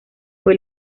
fue